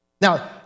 Now